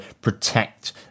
protect